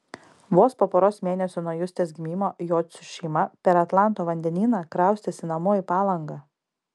vos po poros mėnesių nuo justės gimimo jocių šeima per atlanto vandenyną kraustėsi namo į palangą